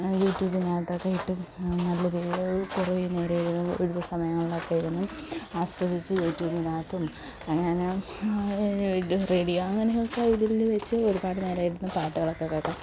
യൂട്യൂബിന്നാത്തോക്കെ ഇട്ട് നല്ല കുറേനേരം ഒഴിവ് ഒഴിവുസമയങ്ങളിലൊക്കെ ഇരുന്ന് ആസ്വദിച്ച് യൂട്യൂബിനാത്തും അങ്ങനെ റെഡിയാവും എങ്കിലൊക്കെ ഇതിൽ വെച്ച് ഒരുപാടുനേരം ഇരുന്ന് പാട്ടുകളൊക്കെ കേൾക്കാം